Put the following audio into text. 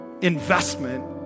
investment